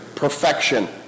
perfection